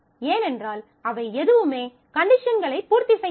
ஏனென்றால் அவை எதுவுமே கண்டிஷன்களை பூர்த்தி செய்யவில்லை